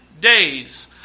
days